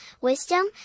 wisdom